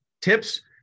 tips